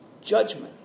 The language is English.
judgment